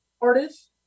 artist